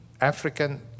African